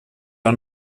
are